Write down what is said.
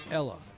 ella